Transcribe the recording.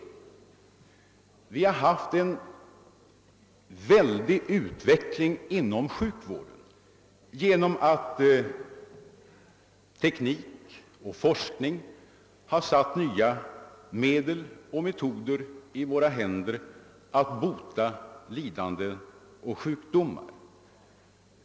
Det har ägt rum en väldig utveckling inom sjukvården genom att teknik och forskning har satt nya medel och metoder i våra händer när det gäller att bota lidande och sjukdomar.